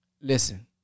Listen